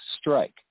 strike